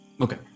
Okay